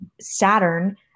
saturn